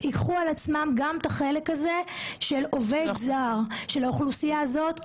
ייקחו על עצמם גם את החלק הזה של עובד זר של האוכלוסייה הזאת.